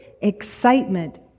excitement